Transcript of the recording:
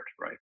right